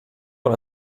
con